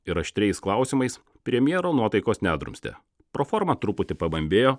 ir aštriais klausimais premjero nuotaikos nedrumstė pro forma truputį pabambėjo